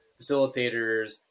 facilitators